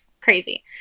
crazy